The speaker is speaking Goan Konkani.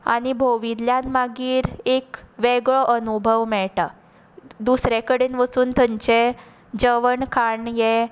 आनी भोंविल्ल्यान मागीर एक वेगळो अनुभव मेळटा दुसरे कडेन वचून थंयचें जेवण खाण हें